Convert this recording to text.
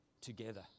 together